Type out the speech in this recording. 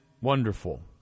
wonderful